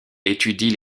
étudie